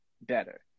better